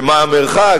ומה המרחק.